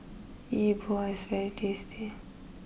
E Bua is very tasty